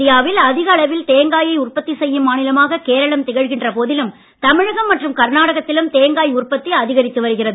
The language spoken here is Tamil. இந்தியாவில் அதிக அளவில் தேங்காயை உற்பத்தி செய்யும் மாநிலமாக கேரளம் திகழ்கின்ற போதிலும் தமிழகம் மற்றும் கர்நாடகத்திலும் தேங்காய் உற்பத்தி அதிகரித்து வருகிறது